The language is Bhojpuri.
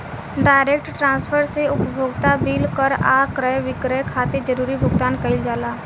डायरेक्ट ट्रांसफर से उपभोक्ता बिल कर आ क्रय विक्रय खातिर जरूरी भुगतान कईल जाला